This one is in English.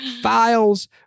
files